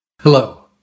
Hello